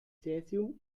cäsium